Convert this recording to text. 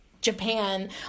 Japan